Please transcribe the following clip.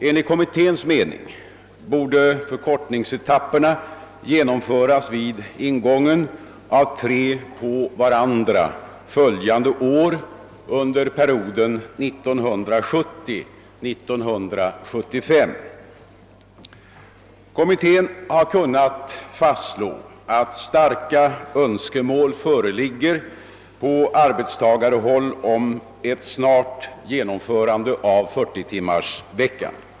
Enligt kommitténs mening borde förkortningsetapperna genomföras vid ingången av tre på varandra följande år under perioden 1970—1975. Kommittén har kunnat fastslå att starka önskemål föreligger på arbetstagarhåll om ett snart genomförande av 40-timmars vecka.